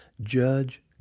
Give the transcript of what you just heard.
Judge